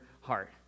heart